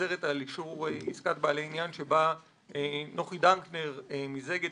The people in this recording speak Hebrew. נגזרת על אישור עסקת בעלי עניין שבה נוחי דנקנר מיזג את